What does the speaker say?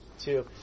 two